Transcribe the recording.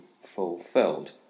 fulfilled